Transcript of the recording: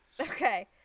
Okay